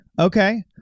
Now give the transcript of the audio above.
Okay